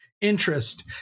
interest